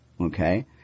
Okay